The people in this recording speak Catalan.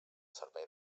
servei